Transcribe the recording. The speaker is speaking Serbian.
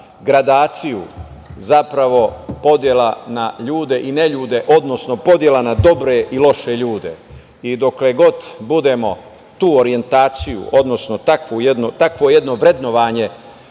gradaciju, zapravo podela na ljude i neljude, odnosno podela na dobre i loše ljude. Dokle god budemo tu orijentaciju, odnosno takvo jedno vrednovanje